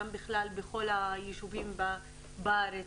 גם בכלל בכל היישובים בארץ